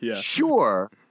sure